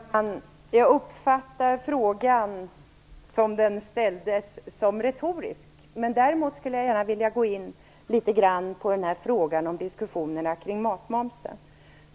Fru talman! Jag uppfattar frågan på det sätt den ställdes som retorisk. Men jag vill gärna gå in litet grand på diskussionerna om matmomsen.